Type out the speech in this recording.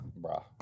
Bruh